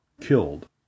killed